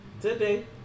today